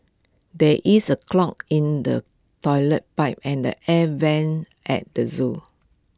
there is A clog in the Toilet Pipe and the air Vents at the Zoo